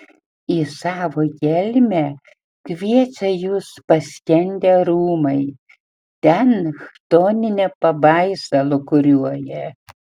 į savo gelmę kviečia jus paskendę rūmai ten chtoninė pabaisa lūkuriuoja